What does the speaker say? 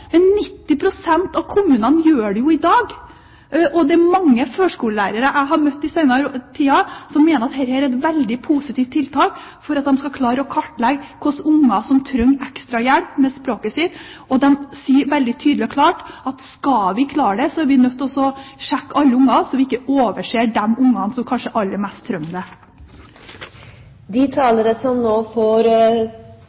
Men 90 pst. av kommunene gjør det i dag, og det er mange førskolelærere jeg har møtt i senere tid, som mener at dette er et veldig positivt tiltak for at de skal klare å kartlegge hvilke barn som trenger ekstrahjelp med språket sitt. De sier veldig tydelig og klart at skal vi klare det, er vi nødt til å sjekke alle barn, slik at vi ikke overser de barna som aller mest